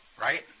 right